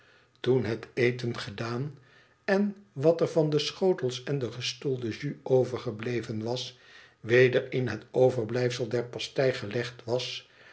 toen het eten gedaan en wat er van de schotels en de gestolde jus overgebleven was weder in het overblijfsel der pastei gelegd was